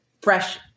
fresh